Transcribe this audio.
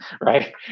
Right